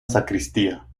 sacristía